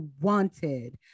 wanted